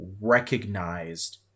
recognized